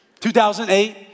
2008